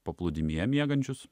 paplūdimyje miegančius